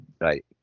right